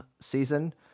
season